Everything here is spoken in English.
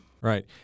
Right